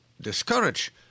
discourage